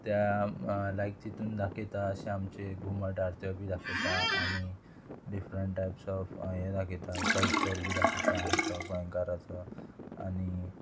त्या लायक तितून दाखयता अशें आमचे घुमट आरत्यो बी दाखयता आनी डिफरंट टायप्स ऑफ हे दाखयता कल्चर बी दाखयता आमचो गोंयकाराचो आनी